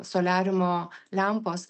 soliariumo lempos